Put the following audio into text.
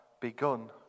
begun